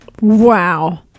Wow